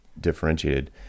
differentiated